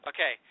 Okay